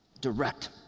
Direct